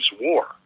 war